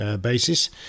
basis